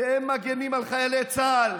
אתם מגינים על חיילי צה"ל?